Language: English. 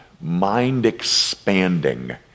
mind-expanding